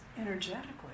energetically